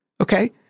Okay